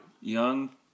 Young